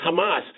Hamas